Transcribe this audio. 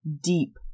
deep